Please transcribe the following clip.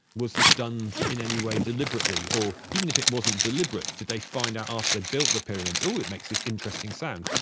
was it done in any way deliberately? or even if it wasn't deliberate, did they find out after they built the pyramids, oh, it makes this interesting sound.